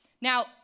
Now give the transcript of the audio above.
Now